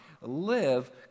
live